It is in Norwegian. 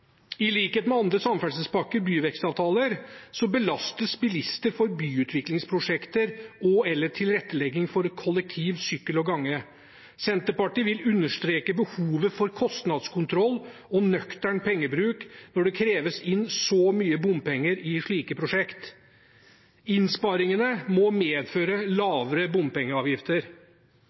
I likhet med andre samferdselspakker eller byvekstavtaler belastes bilister for byutviklingsprosjekter og/eller tilrettelegging for kollektivtrafikk, sykkel og gange. Senterpartiet vil understreke behovet for kostnadskontroll og nøktern pengebruk når det kreves inn så mye bompenger i slike prosjekter. Innsparingene må medføre lavere bompengeavgifter.